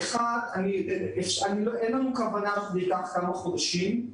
אין לנו כוונה שזה ייקח כמה חודשים.